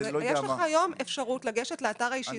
יש לך היום אפשרות לגשת לאתר האישי,